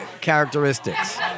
characteristics